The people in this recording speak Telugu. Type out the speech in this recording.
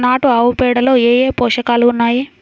నాటు ఆవుపేడలో ఏ ఏ పోషకాలు ఉన్నాయి?